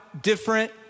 different